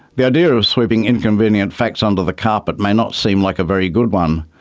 the idea of sweeping inconvenient facts under the carpet may not seem like a very good one,